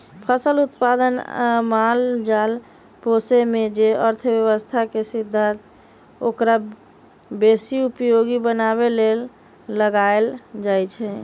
फसल उत्पादन आ माल जाल पोशेमे जे अर्थशास्त्र के सिद्धांत ओकरा बेशी उपयोगी बनाबे लेल लगाएल जाइ छइ